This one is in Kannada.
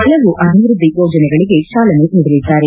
ಪಲವು ಅಭಿವೃದ್ದಿ ಯೋಜನೆಗಳಿಗೆ ಚಾಲನೆ ನೀಡಲಿದ್ದಾರೆ